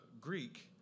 greek